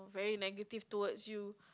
very negative towards you